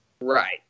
Right